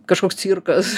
kažkoks cirkas